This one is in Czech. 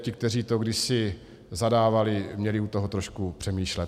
Ti, kteří to kdysi zadávali, měli u toho trošku přemýšlet.